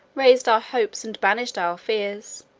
raised our hopes and banished our fears,